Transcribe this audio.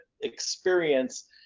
experience